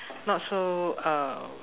not so uh